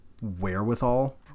wherewithal